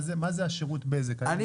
הרישום הוא קל,